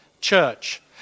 church